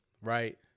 right